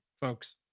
folks